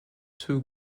two